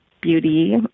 beauty